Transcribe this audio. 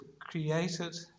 created